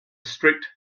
strict